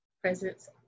presence